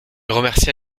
remercia